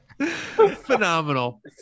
phenomenal